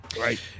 Right